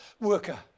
worker